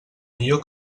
millor